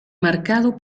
marcado